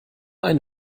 ein